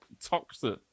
toxic